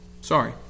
Sorry